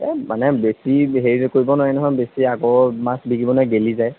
এই মানে বেছি হেৰি কৰিব নোৱাৰি নহয় বেছি আগৰ মাছ বিকিব নোৱাৰি গেলি যায়